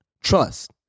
Trust